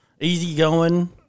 easygoing